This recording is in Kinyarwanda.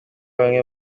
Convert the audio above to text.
bamwe